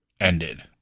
ended